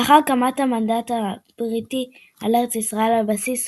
לאחר הקמת המנדט הבריטי על ארץ ישראל על בסיס